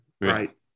Right